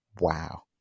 Wow